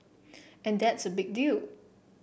and that's a big deal